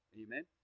Amen